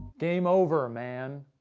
game over, man.